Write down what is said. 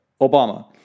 Obama